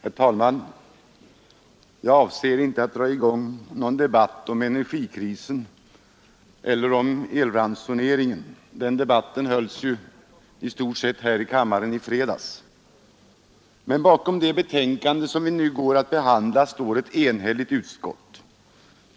Herr talman! Jag avser inte att dra i gång någon debatt om energikrisen eller om elransoneringen — den debatten hölls ju i stort sett här i kammaren i fredags. Bakom det betänkande vi nu går att behandla står ett enhälligt utskott.